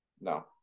No